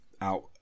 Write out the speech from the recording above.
out